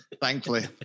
thankfully